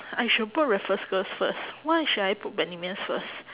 I should put raffles girls' first why should I put bendemeer first